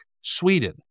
Sweden